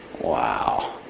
Wow